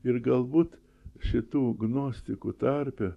ir galbūt šitų gnostikų tarpe